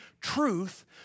truth